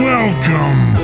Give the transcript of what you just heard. Welcome